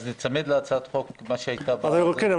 אז ניצמד להצעת החוק שהייתה --- כן,